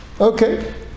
Okay